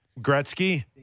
Gretzky